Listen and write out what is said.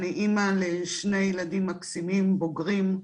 אני אמא לשני ילדים מקסימים, בוגרים,